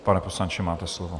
Pane poslanče, máte slovo.